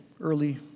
early